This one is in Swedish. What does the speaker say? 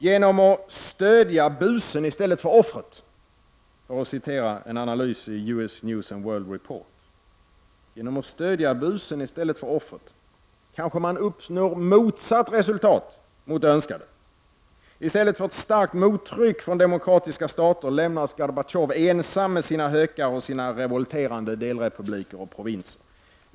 Genom att ”stödja busen i stället för offret” — för att återge vad som står i US News and World Report — uppnår man kanske motsatt resultat mot det önskade. I stället för ett starkt mottryck från demokratiska stater lämnas Gorbatjov ensam med sina hökar och sina revolterande delrepubliker och provinser.